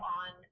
on